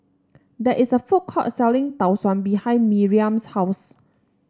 there is a food court selling Tau Suan behind Miriam's house